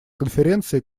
конференции